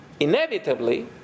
inevitably